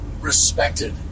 respected